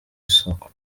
isoko